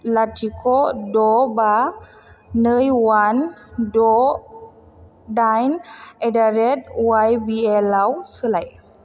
लाथिख' द' बा नै वान द' दाइन एड्डारेट वाइबिएलआव सोलाय